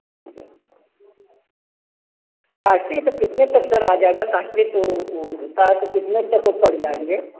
costly तो कितने तक सर आ जाएगा कास्ट्ली तो वह जूता कितने तक वह पड़ जाएँगे